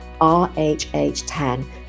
RHH10